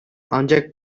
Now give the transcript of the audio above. ancak